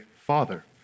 father